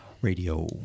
radio